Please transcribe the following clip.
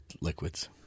liquids